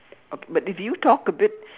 okay but if you talk a bit